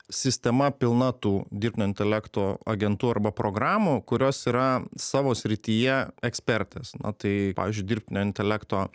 sistema pilna tų dirbtinio intelekto agentų arba programų kurios yra savo srityje ekspertės na tai pavyzdžiui dirbtinio intelekto